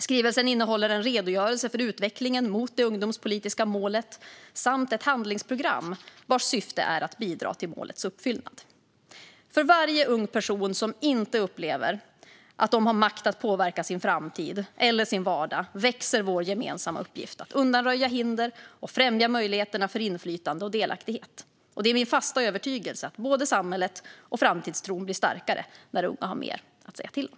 Skrivelsen innehåller en redogörelse för utvecklingen mot det ungdomspolitiska målet samt ett handlingsprogram vars syfte är att bidra till målets uppfyllnad. För varje ung person som inte upplever att de har makt att påverka sin framtid eller sin vardag växer vår gemensamma uppgift att undanröja hinder och främja möjligheterna för inflytande och delaktighet. Det är min fasta övertygelse att både samhället och framtidstron blir starkare när unga har mer att säga till om.